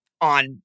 on